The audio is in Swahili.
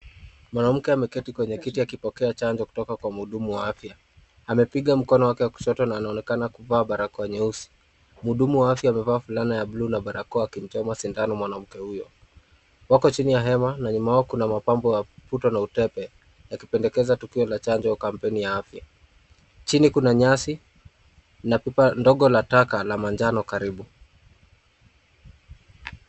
Mwanamke ameketi kwenye kiyi akipokea chanjo kutoka kwa mhudumu wa afya, amepiga mkono wake wa kushoto na naonekana kuvaa barakoa nyeusi, mhudumu wa afya amevaa fulana ya bluu akimchoma sindano hio mwanamke huyo, wako chini ya hema na nyuma mapambo ya puto la kipepe yakionekana tukuio ya chanjo au kampeni ya afya, chini kuna chini kuna nyasi na pipa ndogo la taka na manjano karibu.